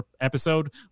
episode